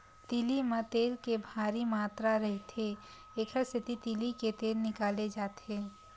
तिली म तेल के भारी मातरा रहिथे, एकर सेती तिली ले तेल निकाले जाथे